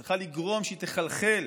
צריכים לגרום שהיא תחלחל